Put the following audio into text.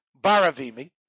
Baravimi